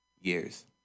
years